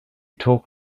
talk